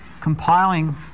compiling